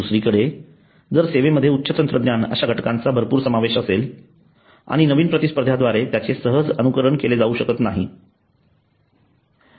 दुसरीकडे जर सेवेमध्ये उच्च तंत्रज्ञान अश्या घटकांचा भरपूर समावेश असेल आणि नवीन प्रतिस्पर्ध्यांद्वारे त्याचे सहज अनुकरण केले जाऊ शकत नाहीत